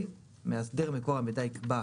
מאסדר מקור המידע יקבע,